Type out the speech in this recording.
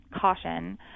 caution